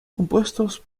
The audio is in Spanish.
compuestos